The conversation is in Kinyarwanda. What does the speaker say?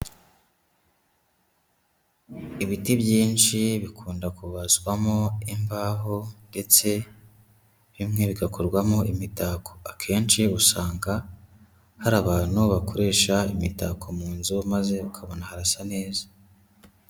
Ibiti byinshi bikunda kubazwamo imbaho, ndetse bimwe bigakorwamo imitako, akenshi usanga hari abantu bakoresha imitako mu nzu, maze ukabona harasa neza.